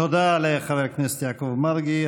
תודה לחבר הכנסת יעקב מרגי.